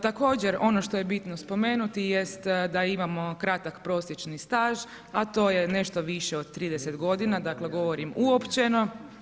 Također ono što je bitno spomenuti jest da imamo kratak prosječni staž, a to je nešto više od 30 godina, dakle govorim uopćeno.